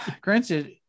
Granted